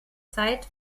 zeit